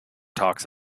talks